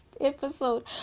episode